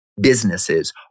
Businesses